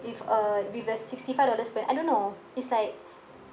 with a with a sixty-five dollars plan I don't know it's like